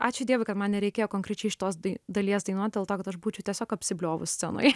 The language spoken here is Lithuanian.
ačiū dievui kad man nereikėjo konkrečiai šitos da dalies dainuoti dėl to aš būčiau tiesiog apsibliovus scenoje